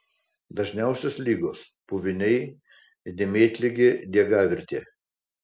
dažniausios ligos puviniai dėmėtligė diegavirtė